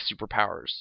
superpowers